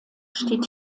steht